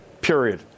period